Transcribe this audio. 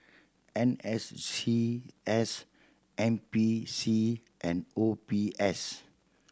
N S C S N P C and O B S